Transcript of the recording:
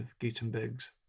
gutenberg's